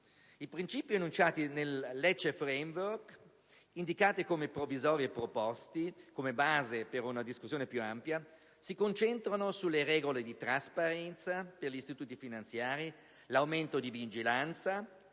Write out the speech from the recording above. I principi enunciati nel Lecce *Framework*, indicati come provvisori e proposti come base per una discussione più ampia, si concentrano sulle regole di trasparenza per gli istituti finanziari, sull'aumento di vigilanza,